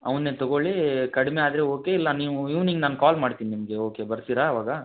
ಅವ್ನೆ ತೊಗೊಳ್ಳಿ ಕಡಿಮೆ ಆದರೆ ಓಕೆ ಇಲ್ಲ ನೀವು ಈವ್ನಿಂಗ್ ನಾನು ಕಾಲ್ ಮಾಡ್ತೀನಿ ನಿಮಗೆ ಓಕೆ ಬರ್ತೀರ ಆವಾಗ